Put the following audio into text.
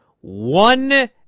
one